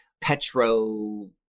petro